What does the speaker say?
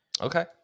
Okay